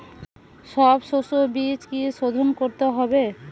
সব শষ্যবীজ কি সোধন করতে হবে?